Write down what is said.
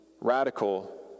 radical